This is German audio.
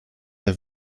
der